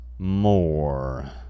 More